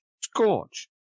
scorch